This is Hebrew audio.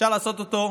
אפשר לעשות אותו,